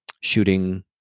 shooting